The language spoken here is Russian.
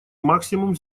максимум